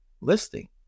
listing